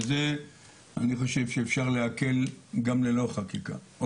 בזה אני חושב שאפשר להקל גם ללא חקיקה.